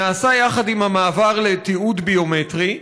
נעשה יחד עם המעבר לתיעוד ביומטרי,